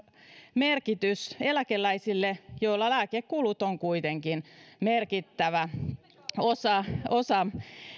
merkitys eläkeläisille joilla lääkekulut ovat kuitenkin merkittävä osa osa